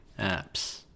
apps